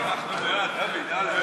ההצעה להעביר